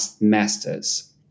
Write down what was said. masters